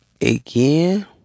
again